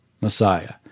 Messiah